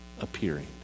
appearing